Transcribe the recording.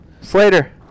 Slater